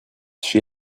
she